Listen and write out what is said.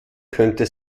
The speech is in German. könnte